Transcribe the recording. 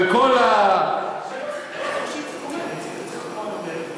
איציק כהן אומר,